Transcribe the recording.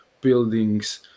buildings